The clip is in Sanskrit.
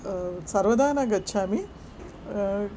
सर्वदा न गच्छामि